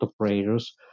operators